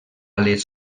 les